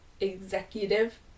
executive